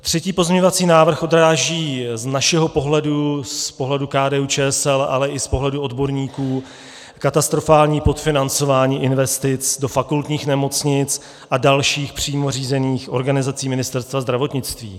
Třetí pozměňovací návrh odráží z našeho pohledu, z pohledu KDUČSL, ale i z pohledu odborníků, katastrofální podfinancování investic do fakultních nemocnic a dalších přímo řízených organizací Ministerstva zdravotnictví.